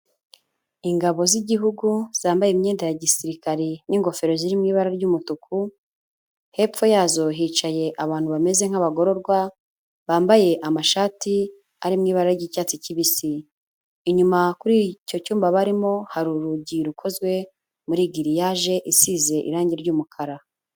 Ingabo z'igihugu zambaye imyenda ya gisirikare n'ingofero ziri mu ibara ry'umutuku, hepfo yazo hicaye abantu bameze nk'abagororwa, bambaye amashati ari mu ibara ry'icyatsi kibisi. Inyuma kuri icyo cyumba barimo, hari urugi rukozwe muri giriyaje isize irangi ry'umukara.